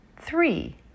Three